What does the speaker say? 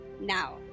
Now